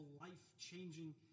life-changing